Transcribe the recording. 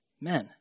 men